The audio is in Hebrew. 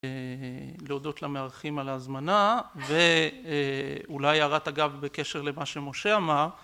להודות למארחים על ההזמנה ואולי הערת אגב בקשר למה שמשה אמר